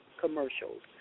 commercials